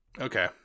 Okay